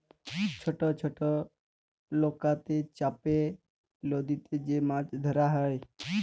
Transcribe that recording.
ছট ছট লকাতে চাপে লদীতে যে মাছ ধরা হ্যয়